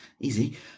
Easy